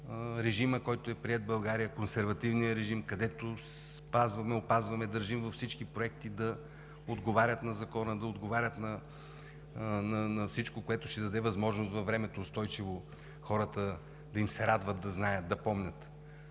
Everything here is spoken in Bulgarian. режима, който е приет в България – консервативния режим, където спазваме, опазваме, държим всички проекти да отговарят на Закона, да отговарят на всичко, което ще даде възможност във времето, устойчиво хората да им се радват, да знаят, да помнят.